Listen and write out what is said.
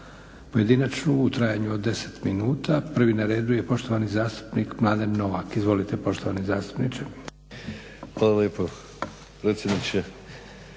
pojedinačnu u trajanju od deset minuta. Prvi na redu je poštovani zastupnik Mladen Novak. Izvolite poštovani zastupniče. **Novak, Mladen